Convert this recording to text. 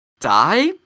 Die